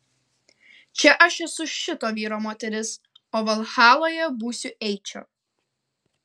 čia aš esu šito vyro moteris o valhaloje būsiu eičio